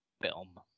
film